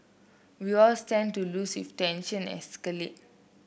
we all stand to lose if tension escalate